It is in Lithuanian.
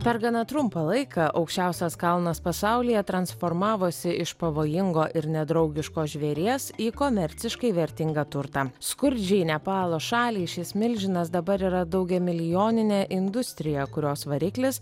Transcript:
per gana trumpą laiką aukščiausias kalnas pasaulyje transformavosi iš pavojingo ir nedraugiško žvėries į komerciškai vertingą turtą skurdžiai nepalo šaliai šis milžinas dabar yra daugiamilijoninė industrija kurios variklis